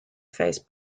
phase